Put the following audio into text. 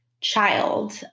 child